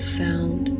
found